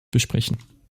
besprechen